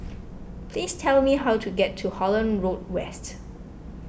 please tell me how to get to Holland Road West